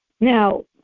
Now